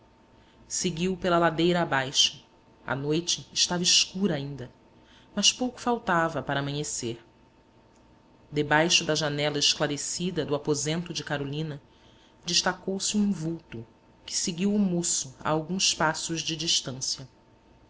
seguiu pela ladeira abaixo a noite estava escura ainda mas pouco faltava para amanhecer debaixo da janela esclarecida do aposento de carolina destacou-se um vulto que seguiu o moço a alguns passos de distância